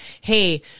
hey